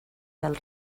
del